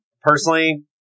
personally